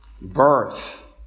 birth